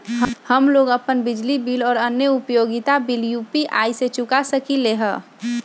हम लोग अपन बिजली बिल और अन्य उपयोगिता बिल यू.पी.आई से चुका सकिली ह